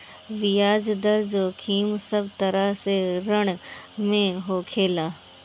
बियाज दर जोखिम सब तरह के ऋण में होखेला